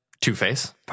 Two-Face